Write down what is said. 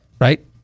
Right